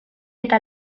eta